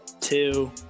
two